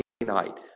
night